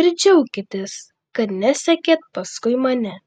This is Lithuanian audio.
ir džiaukitės kad nesekėt paskui mane